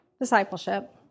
discipleship